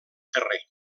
terrer